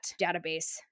database